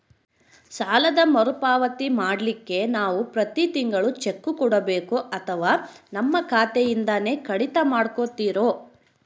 ಸಾಲದ ಮರುಪಾವತಿ ಮಾಡ್ಲಿಕ್ಕೆ ನಾವು ಪ್ರತಿ ತಿಂಗಳು ಚೆಕ್ಕು ಕೊಡಬೇಕೋ ಅಥವಾ ನಮ್ಮ ಖಾತೆಯಿಂದನೆ ಕಡಿತ ಮಾಡ್ಕೊತಿರೋ?